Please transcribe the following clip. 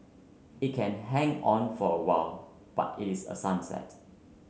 it can hang on for a while but it is a sunset